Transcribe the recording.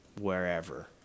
wherever